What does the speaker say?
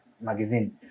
magazine